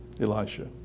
Elisha